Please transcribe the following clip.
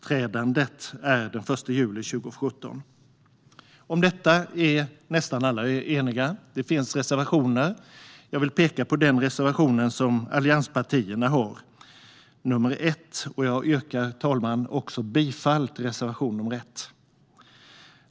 Ikraftträdandet sker den 1 juli 2017. Om detta är nästan alla eniga. Men det finns reservationer, och jag vill peka på allianspartiernas reservation nr 1. Jag yrkar, herr talman, också bifall till reservation nr 1.